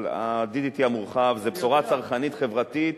אבל ה-DTT המורחב זו בשורה צרכנית חברתית